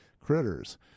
critters